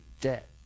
debt